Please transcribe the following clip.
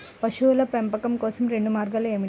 పశువుల పెంపకం కోసం రెండు మార్గాలు ఏమిటీ?